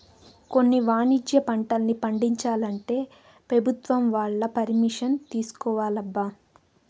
కొన్ని వాణిజ్య పంటల్ని పండించాలంటే పెభుత్వం వాళ్ళ పరిమిషన్ తీసుకోవాలబ్బా